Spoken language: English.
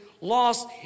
lost